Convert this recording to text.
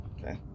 Okay